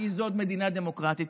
כי זאת מדינה דמוקרטית.